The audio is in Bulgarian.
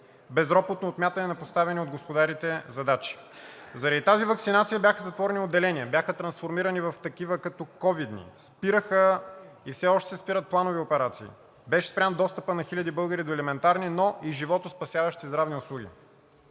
безропотно отмятане на поставени от господарите задачи. Заради тази ваксинация бяха затворени отделения, бяха трансформирани в такива като ковидни, спираха и все още спират планови операции, беше спрян достъпът на хиляди българи до елементарни, но и животоспасяващи здравни услуги.